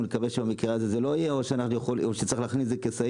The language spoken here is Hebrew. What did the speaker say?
אני מקווה שבמקרה הזה זה לא יהיה או שצריך להכניס את זה כסעיף?